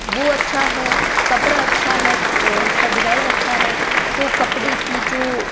वो अच्छा है कपड़ा अच्छा है उस का डिज़ाइन अच्छा है तो कपड़े की जो